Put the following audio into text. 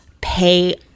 pay